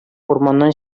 урманнан